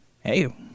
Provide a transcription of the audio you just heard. hey